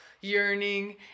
yearning